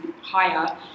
higher